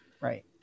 right